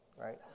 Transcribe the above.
right